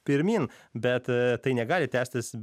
pirmyn bet tai negali tęstis